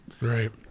Right